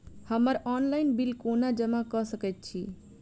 हम्मर online bill कोना जमा कऽ सकय छी?